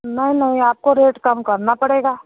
नहीं नहीं आपको रेट कम करना पड़ेगा